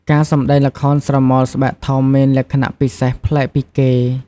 ការសម្តែងល្ខោនស្រមោលស្បែកធំមានលក្ខណៈពិសេសប្លែកពីគេ។